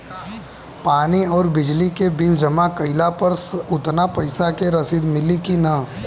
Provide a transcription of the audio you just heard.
पानी आउरबिजली के बिल जमा कईला पर उतना पईसा के रसिद मिली की न?